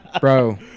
bro